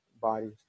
bodies